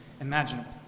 imaginable